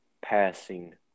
passing